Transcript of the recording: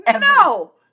No